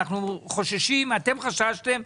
אתם חששתם,